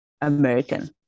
American